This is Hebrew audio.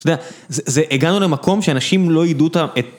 אתה יודע, זה הגענו למקום שאנשים לא ידעו את ה את...